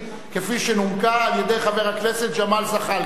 כפי שנומקה על-ידי חבר הכנסת ג'מאל זחאלקה.